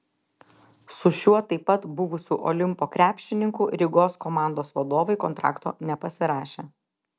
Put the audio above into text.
su šiuo taip pat buvusiu olimpo krepšininku rygos komandos vadovai kontrakto nepasirašė